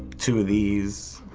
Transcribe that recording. two of these,